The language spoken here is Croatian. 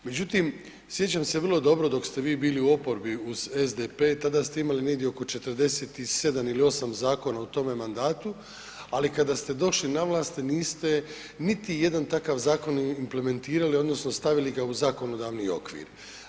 Međutim, sjećam se vrlo dobro dok ste vi bili u oporbi uz SDP tada ste imali negdje oko 47 ili 8 zakona u tome mandatu, ali kada ste došli na vlast niste niti jedan takav zakon implementirali odnosno stavili ga u zakonodavni okvir.